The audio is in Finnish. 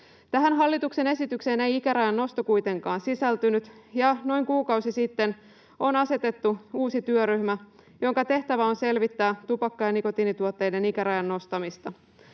Tähän hallituksen esitykseen ei ikärajan nosto kuitenkaan sisältynyt, ja noin kuukausi sitten on asetettu uusi työryhmä, jonka tehtävänä on selvittää tupakka- ja nikotiinituotteiden ikärajan nostamista.